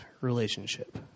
relationship